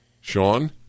Sean